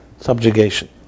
subjugation